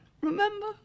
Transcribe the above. Remember